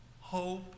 hope